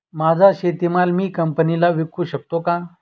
माझा शेतीमाल मी कंपनीला विकू शकतो का?